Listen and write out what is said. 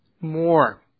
more